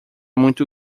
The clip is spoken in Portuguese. muito